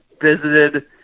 visited